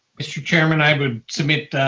mr. chairman, i would submit,